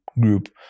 group